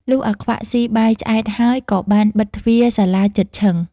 លុះអាខ្វាក់ស៊ីបាយឆ្អែតហើយក៏បានបិទទ្វារសាលាជិតឈឹង។